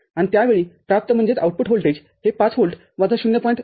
आणि त्यावेळीप्राप्त व्होल्टेज हे ५ व्होल्ट वजा ०